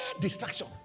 distraction